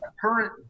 current